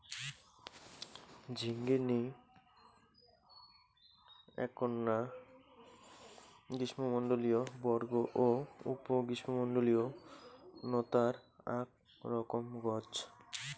ঝিঙ্গিনী এ্যাকনা গ্রীষ্মমণ্ডলীয় বর্গ ও উপ গ্রীষ্মমণ্ডলীয় নতার আক রকম গছ